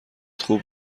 خوب